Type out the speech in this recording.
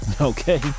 okay